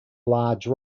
large